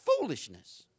foolishness